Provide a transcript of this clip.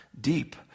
Deep